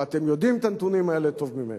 ואתם יודעים את הנתונים האלה טוב ממני.